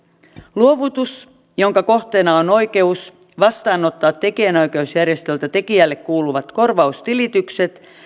luovutus jonka kohteena on oikeus vastaanottaa tekijänoikeusjärjestöltä tekijälle kuuluvat korvaustilitykset